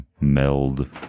meld